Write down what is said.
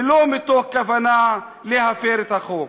ולא מתוך כוונה להפר את החוק.